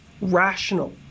rational